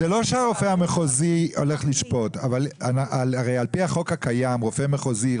זה לא שהרופא המחוזי הולך לשפוט אבל הרי על פי החוק הקיים רופא מחוזי,